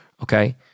Okay